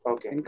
Okay